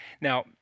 Now